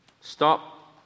stop